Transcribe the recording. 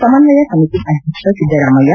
ಸಮನ್ನಯ ಸಮಿತಿ ಅಧ್ಯಕ್ಷ ಸಿದ್ದರಾಮಯ್ಲ